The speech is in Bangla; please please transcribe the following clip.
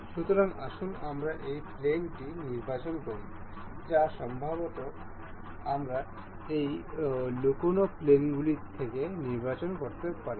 সুতরাং আসুন আমরা এই প্লেনটি নির্বাচন করি বা সম্ভবত আমরা এই লুকানো প্লেনগুলি থেকে নির্বাচন করতে পারি